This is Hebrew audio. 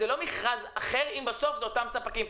זה לא מכרז אחר אם בסוף זה אותם ספקים.